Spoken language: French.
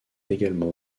également